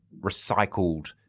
recycled